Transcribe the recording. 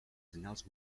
senyals